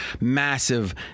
massive